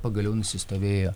pagaliau nusistovėjo